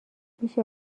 میشه